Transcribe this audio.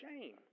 shame